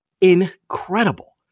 incredible